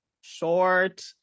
short